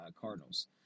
Cardinals